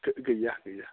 गैया गैया